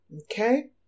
okay